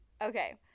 Okay